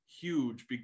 huge